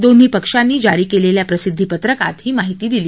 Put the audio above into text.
दोन्ही पक्षांनी जारी केलेल्या प्रसिद्धीपत्रकात ही माहिती दिली